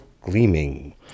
Gleaming